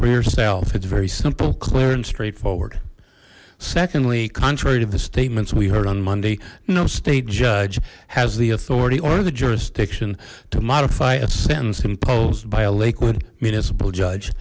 for yourself it's very simple clear and straightforward secondly contrary to the statements we heard on monday no state judge has the authority or the jurisdiction to modify a sentence imposed by a lakewood municipal judge